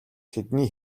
тэдний